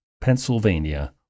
Pennsylvania